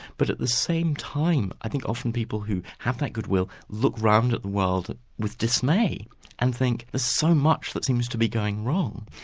but at the same time, i think often people who have that goodwill, look round at the world with dismay and think there's so much that seems to be going wrong.